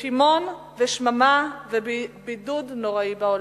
ישימון ושממה ובידוד נוראי בעולם.